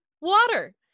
Water